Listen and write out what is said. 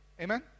Amen